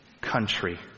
country